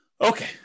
Okay